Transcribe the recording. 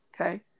Okay